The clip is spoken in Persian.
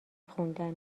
خوندن